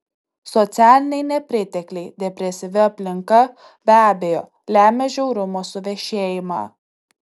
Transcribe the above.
socialiniai nepritekliai depresyvi aplinka be abejo lemia žiaurumo suvešėjimą